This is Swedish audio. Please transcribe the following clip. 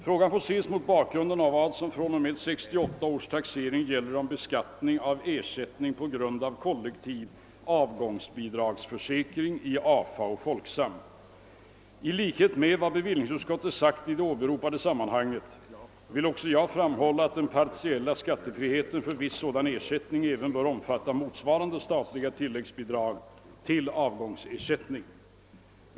Frågan får ses mot bakgrunden av vad som fr.o.m. 1968 års taxering gäller om beskattning av ersättning på grund av kollektiv avgångsbidragsförsäkring i AFA och Folksam. I likhet med vad bevillningsutskottet sagt i det åberopade sammanhanget vill också jag framhålla att den partiella skattefriheten för viss sådan ersättning även bör omfatta motsvarande statliga tilläggsbidrag till avgångsersättning.